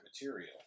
material